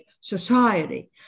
society